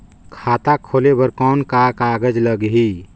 खाता खोले बर कौन का कागज लगही?